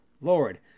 lord